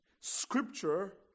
scripture